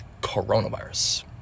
coronavirus